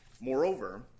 moreover